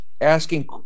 asking